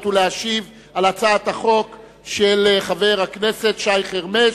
ולהשיב על הצעת החוק של חבר הכנסת שי חרמש,